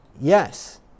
Yes